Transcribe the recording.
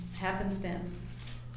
happenstance